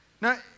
Now